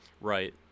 Right